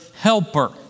helper